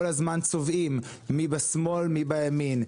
כל הזמן צובעים מי בשמאל, מי בימין.